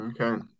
okay